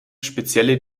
spezielle